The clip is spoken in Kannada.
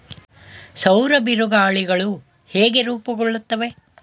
ಸೌರ ಬಿರುಗಾಳಿಗಳು ಹೇಗೆ ರೂಪುಗೊಳ್ಳುತ್ತವೆ?